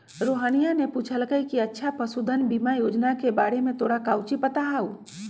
रोहिनीया ने पूछल कई कि अच्छा पशुधन बीमा योजना के बारे में तोरा काउची पता हाउ?